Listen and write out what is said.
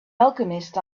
alchemist